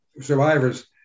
survivors